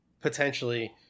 potentially